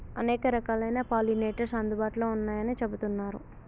అనేక రకాలైన పాలినేటర్స్ అందుబాటులో ఉన్నయ్యని చెబుతున్నరు